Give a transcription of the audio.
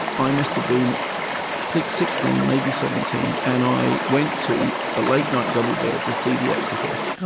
i must've been like sixteen, maybe seventeen, and i went to a late night double bill to see the exorcist.